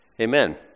Amen